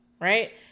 right